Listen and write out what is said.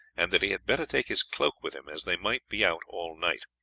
and that he had better take his cloak with him, as they might be out all night.